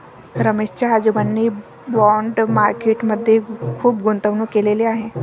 रमेश च्या आजोबांनी bond market मध्ये खुप गुंतवणूक केलेले आहे